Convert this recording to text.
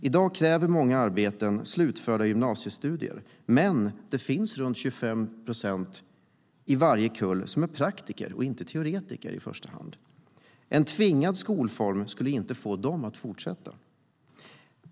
I dag kräver många arbeten slutförda gymnasiestudier, men det finns runt 25 procent i varje kull som är praktiker och inte i första hand teoretiker. En tvingande skolform skulle inte få dem att fortsätta.